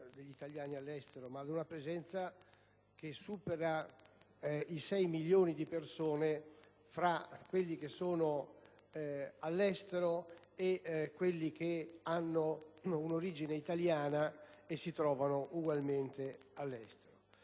degli italiani all'estero, ma ad una presenza che supera i sei milioni di persone fra quelli che sono all'estero e quelli che hanno un'origine italiana e si trovano ugualmente all'estero.